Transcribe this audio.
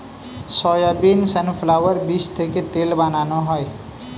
soybean, sunflower বীজ থেকে তেল বানানো হয়